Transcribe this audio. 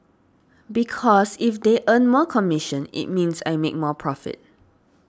because if they earn more commission it means I make more profit